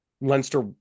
Leinster